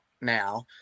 now